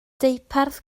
deuparth